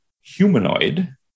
humanoid